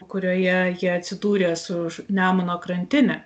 kurioje jie atsidūrė su už nemuno krantine